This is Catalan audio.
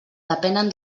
depenen